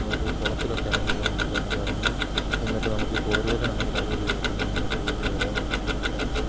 ഒരു കുളത്തിലൊക്കെ ആണെങ്കില് നമുക്ക് അതിനകത്ത് ഇറങ്ങി നിന്നിട്ട് നമുക്കി കോരുവല ഉണ്ടെങ്കിലത് ഉപയോഗിച്ച് നന്നായിട്ട് കോരി എടുത്താൽ നല്ല മീൻ കിട്ടാൻ